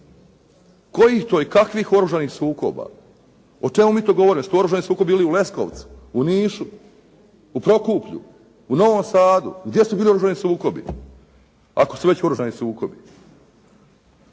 Kojih to i kakvih oružanih sukoba? O čemu mi to govorimo? Jesu to oružani sukobi bili u Leskovcu, u Nišu, u Prokuplju, u Novom Sadu? Gdje su bili oružani sukobi, ako su već oružani sukobi?